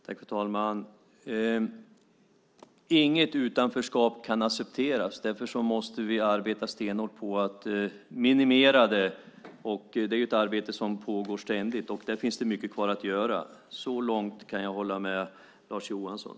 Fru talman! Inget utanförskap kan accepteras. Därför måste vi arbeta stenhårt på att minimera det. Det är ett arbete som pågår ständigt, och där finns det mycket kvar att göra. Så långt kan jag hålla med Lars Johansson.